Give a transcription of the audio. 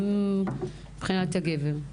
גם מבחינת הגבר.